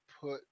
put